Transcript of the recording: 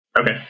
Okay